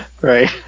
Right